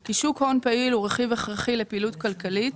כי שוק הון פעיל הוא רכיב הכרחי לפעילות כלכלית,